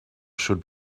should